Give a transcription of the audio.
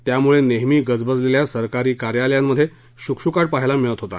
त्यामुळे नेहमी गजबजलेल्या सरकारी कार्यालयांमध्ये श्कश्काट पाहायला मिळत होता